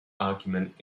argument